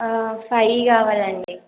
five కావాలండి